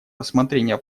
рассмотрения